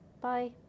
Bye